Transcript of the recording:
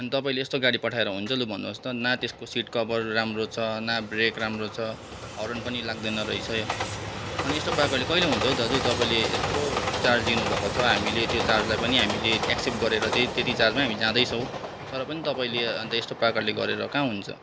अनि तपाईँले यस्तो गाडी पठाएर हुन्छ लु भन्नुहोस् त न त्यसको सिट कभर राम्रो छ न ब्रेक राम्रो छ हर्न पनि लाग्दैन रहेछ यो अनि यस्तो प्रकारले कहिले हुन्छ हो दाजु तपाईँले यत्रो चार्ज लिनुभएको छ हामीले त्यो चार्जलाई हामीले एक्सेप्ट गरेर त्यही त्यति चार्जमै हामी जाँदैछौँ तर पनि तपाईँले अन्त यस्तो प्रकारले गरेर कहाँ हुन्छ